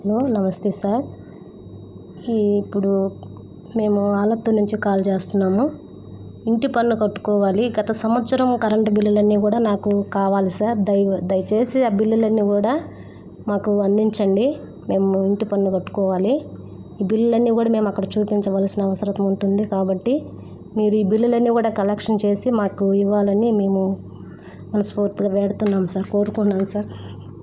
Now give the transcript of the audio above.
hello నమస్తే sir ఇ ఇప్పుడు మేము ఆలత్తూర్ నుంచి కాల్ చేస్తున్నాము ఇంటి పన్ను కట్టుకోవాలి గత సంవత్సరము కరెంటు బిల్లులన్నీ కూడా నాకు కావాలి సార్ దయ దయచేసి ఆ బిల్లులన్నీ కూడా మాకు అందించండి మేము ఇంటి పన్ను కట్టుకోవాలి ఈ బిల్లులన్నీ కూడా మేమక్కడ చూపించవలసిన అవసరం ఉంటుంది కాబట్టి మీరు ఈ బిల్లులన్నీ కూడా కలెక్షన్ చేసి మాకు ఇవ్వాలని మేము మనస్పూర్తిగా వేడుతున్నాము సార్ కోరుకుంటున్నాము సార్